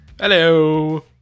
Hello